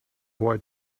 boy